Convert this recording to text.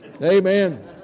Amen